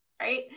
right